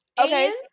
Okay